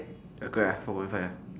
okay lah four point five lah